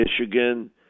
Michigan